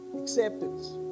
acceptance